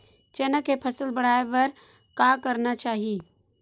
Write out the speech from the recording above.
चना के फसल बढ़ाय बर का करना चाही?